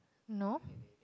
no